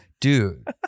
Dude